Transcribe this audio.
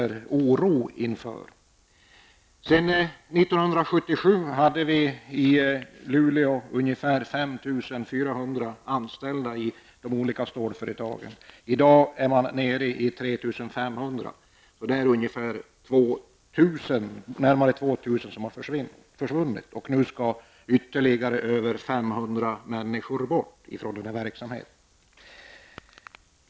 År 1977 hade vi i Luleå ungefär 5 400 anställda i de olika stålföretagen. I dag är antalet 3 500. Närmare 2 000 arbetstillfällen har alltså försvunnit, och nu skall ytterligare mer än 500 människor bort från denna verksamhet.